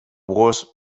wars